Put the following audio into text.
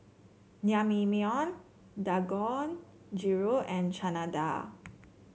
Naengmyeon Dangojiru and Chana Dal